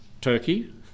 Turkey